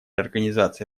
организации